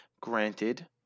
Granted